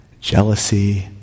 jealousy